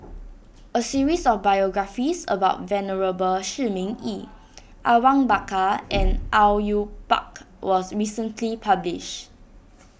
a series of biographies about Venerable Shi Ming Yi Awang Bakar and Au Yue Pak was recently published